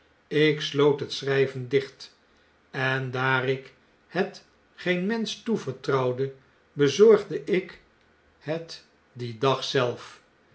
ik sloot het schrjjven dicht en daar ik het geen mensch toevertrouwde bezorgde ik het dien dag zelf